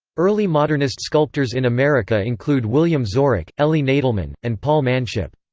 early modernist sculptors in america include william zorach, elie nadelman, and paul manship.